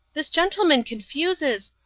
this gentleman confuses.